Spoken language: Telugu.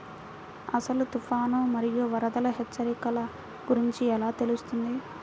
అసలు తుఫాను మరియు వరదల హెచ్చరికల గురించి ఎలా తెలుస్తుంది?